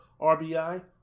RBI